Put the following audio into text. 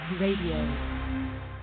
Radio